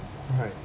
right